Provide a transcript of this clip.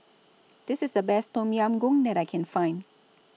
This IS The Best Tom Yam Goong that I Can Find